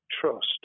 trust